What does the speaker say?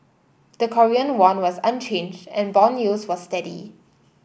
the Korean won was unchanged and bond yields were steady